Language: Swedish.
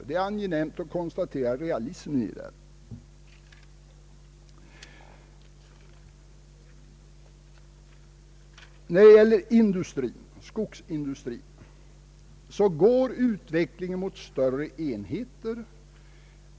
Det är angenämt att konstatera realismen i resonemanget. När det gäller skogsindustrin går utvecklingen mot större enheter.